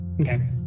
Okay